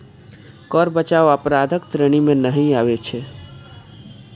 कर बचाव अपराधक श्रेणी मे नहि आबै छै